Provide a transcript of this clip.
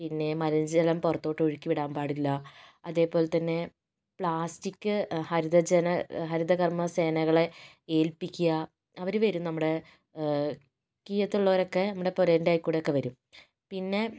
പിന്നെ മലിന ജലം പുറത്തോട്ട് ഒഴുക്കി വിടാൻ പാടില്ല അതേപോലെ തന്നെ പ്ലാസ്റ്റിക്ക് ഹരിത ജന ഹരിത കർമ്മ സേനകളെ ഏൽപ്പിക്കുക അവര് വരും നമ്മുടെ കീഴത്തുള്ളവരൊക്കെ നമ്മുടെ പുരയുടെ അതിൽക്കൂടെ ഒക്കെ വരും പിന്നെ